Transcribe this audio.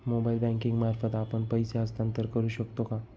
Mobile banking मार्फत आपण पैसे हस्तांतरण करू शकतो का?